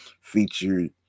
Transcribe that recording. featured